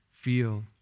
feel